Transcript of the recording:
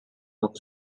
off